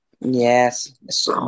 yes